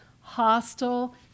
hostile